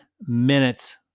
minutes